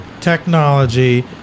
technology